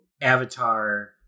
avatar